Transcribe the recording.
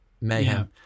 mayhem